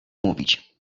mówić